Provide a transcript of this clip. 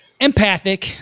Empathic